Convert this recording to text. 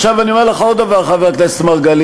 עכשיו אני אומר לך עוד דבר, חבר הכנסת מרגלית.